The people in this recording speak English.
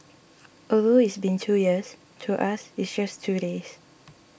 although it's been two years to us it's just two days